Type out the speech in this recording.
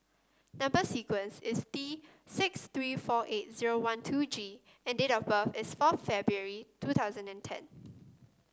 number sequence is T six three four eight zero one two G and date of birth is fourth February two thousand and ten